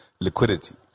liquidity